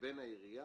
לבין העירייה,